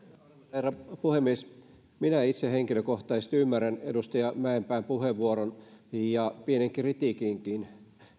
herra puhemies minä itse henkilökohtaisesti ymmärrän edustaja mäenpään puheenvuoron ja pienen kritiikinkin